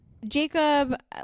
Jacob